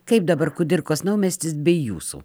kaip dabar kudirkos naumiestis be jūsų